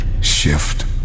Shift